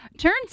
Turns